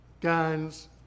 guns